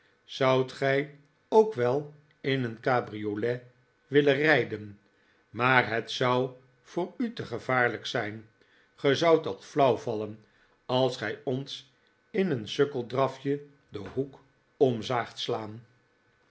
zoudt gij ook wel in een cabriolet willen rijden maar het zou voor u te gevaarlijk zijn ge zoudt al flauw vallen als gij ons in een sukkeldrafje den hoek om zaagt slaan